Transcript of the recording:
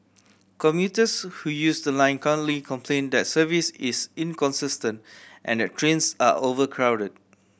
commuters who use the line currently complain that service is inconsistent and that trains are overcrowded